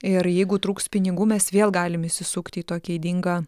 ir jeigu trūks pinigų mes vėl galim įsisukti į tokį ydingą